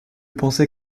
pensait